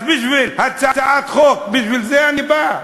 אז בשביל הצעת חוק, בשביל זה אני בא?